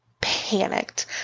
panicked